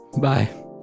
Bye